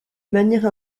manière